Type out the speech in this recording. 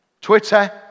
Twitter